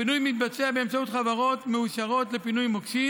הפינוי מתבצע באמצעות חברות מאושרות לפינוי מוקשים